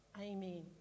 amen